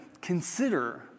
consider